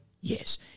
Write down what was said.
Yes